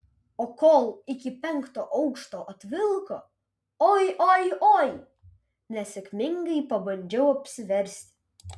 o kol iki penkto aukšto atvilko oi oi oi nesėkmingai pabandžiau apsiversti